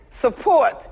support